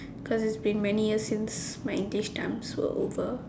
cause it's been many years since my English times were over